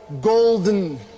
golden